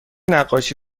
نقاشی